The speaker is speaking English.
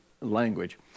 language